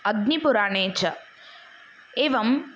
अग्निपुराणे च एवं